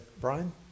Brian